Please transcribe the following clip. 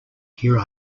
here